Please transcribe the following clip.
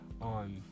on